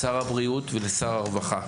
לשר הבריאות ולשר הרווחה.